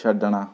ਛੱਡਣਾ